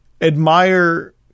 admire